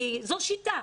זו שיטה.